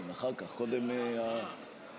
אף פעם לא מאוחר מדי לעשות את הדבר הנכון.